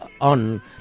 on